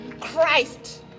christ